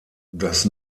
das